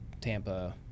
Tampa